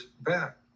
back